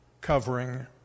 covering